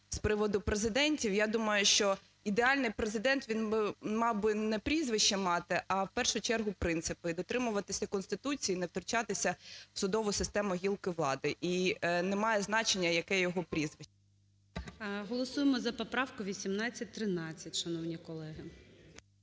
з приводу президентів, я думаю, що ідеальний Президент, він мав би не прізвище мати, а в першу чергу принципи, і дотримуватися Конституції, і не втручатися в судову систему гілки влади. І немає значення, яке його прізвище. ГОЛОВУЮЧИЙ. Голосуємо за поправку 1813, шановні колеги.